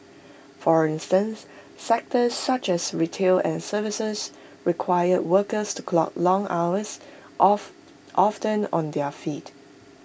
for instance sectors such as retail and services require workers to clock long hours of often on their feet